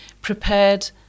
prepared